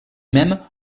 même